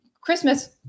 Christmas